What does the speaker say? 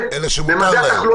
ביג.